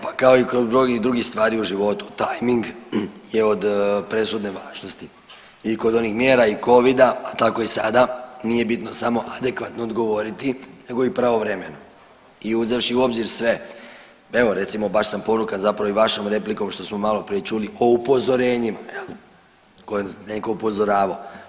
Pa kao i kod brojnih drugih stvari u životu tajming je od presudne važnosti i kod onih mjera i covida, a tako i sada nije bitno samo adekvatno odgovoriti nego i pravovremeno i uzevši u obzir sve, evo recimo baš sam ponukan zapravo i vašom replikom što smo maloprije čuli o upozorenjima jel ko je neko upozoravao.